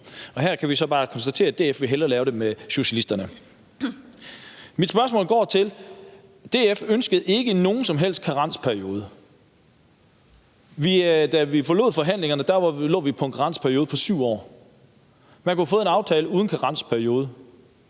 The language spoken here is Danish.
Her kan vi så bare konstatere, at DF hellere vil lave det med socialisterne. Jeg har et spørgsmål. DF ønskede ikke nogen som helst karensperiode. Da vi forlod forhandlingerne, lå vi på en karensperiode på 7 år. Man kunne have fået en aftale uden karensperiode,